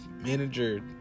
manager